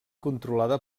controlada